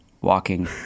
walking